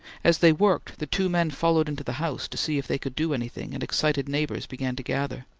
as they worked the two men followed into the house to see if they could do anything and excited neighbours began to gather.